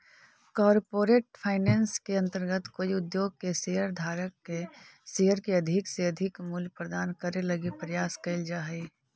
corporate finance के अंतर्गत कोई उद्योग के शेयर धारक के शेयर के अधिक से अधिक मूल्य प्रदान करे लगी प्रयास कैल जा हइ